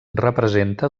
representa